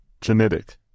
genetic